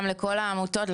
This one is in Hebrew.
גם לכל העמותות,